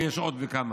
ויש עוד כמה.